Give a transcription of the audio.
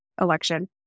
election